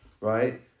right